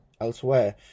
elsewhere